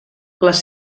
les